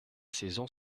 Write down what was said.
saison